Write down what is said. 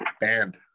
band